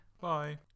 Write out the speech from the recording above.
Bye